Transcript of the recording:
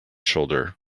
shoulder